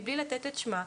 מבלי לתת את שמה,